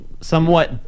somewhat